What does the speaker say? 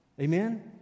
Amen